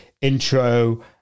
intro